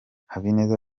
habineza